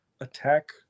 attack